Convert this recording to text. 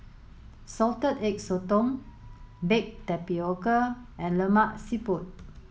salted egg sotong baked tapioca and Lemak Siput